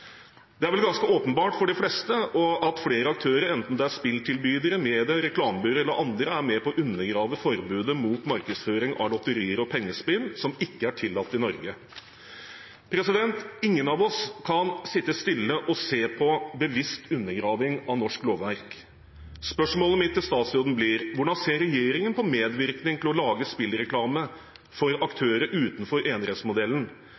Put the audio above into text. Det er vel ganske åpenbart for de fleste at flere aktører, enten det er spilltilbydere, medier, reklamebyråer eller andre, er med på å undergrave forbudet mot markedsføring av lotterier og pengespill som ikke er tillatt i Norge. Ingen av oss kan sitte stille og se på bevisst undergraving av norsk lovverk. Spørsmålet mitt til statsråden blir: Hvordan ser regjeringen på medvirkning til å lage spillreklame for aktører utenfor enerettsmodellen?